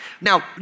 Now